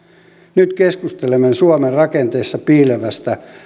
nyt keskustelemme suomen rakenteessa piilevän